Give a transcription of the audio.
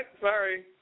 Sorry